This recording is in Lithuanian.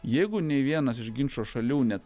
jeigu nei vienas iš ginčo šalių net